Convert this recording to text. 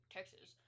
Texas